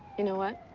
you know what?